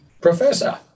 Professor